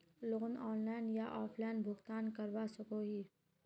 Loan online या offline भुगतान करवा सकोहो ही?